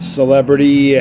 celebrity